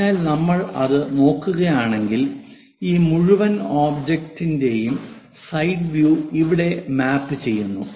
അതിനാൽ നമ്മൾ അത് നോക്കുകയാണെങ്കിൽ ഈ മുഴുവൻ ഒബ്ജക്റ്റിന്റെയും സൈഡ് വ്യൂ ഇവിടെ മാപ്പ് ചെയ്യുന്നു